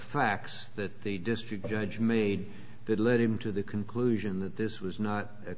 facts that the district judge made that led him to the conclusion that this was not